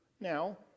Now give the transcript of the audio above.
now